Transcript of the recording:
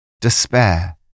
Despair